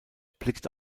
blickt